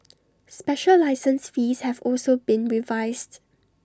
special license fees have also been revised